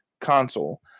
console